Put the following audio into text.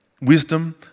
wisdom